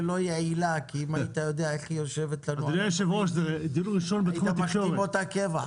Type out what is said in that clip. ועברה כאן עם היושב-ראש הקודם.